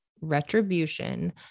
retribution